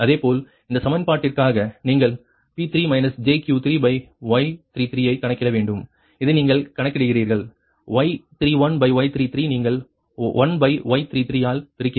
இதேபோல் இந்த சமன்பாட்டிற்காக நீங்கள் P3 jQ3Y33 ஐ கணக்கிட வேண்டும் இதை நீங்கள் கணக்கிடுகிறீர்கள் Y31Y33 நீங்கள் 1Y33 ஆல் பெருக்கினால்